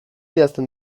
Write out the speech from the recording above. idazten